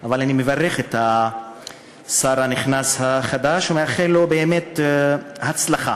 אני מברך את השר הנכנס החדש ומאחל לו באמת הצלחה.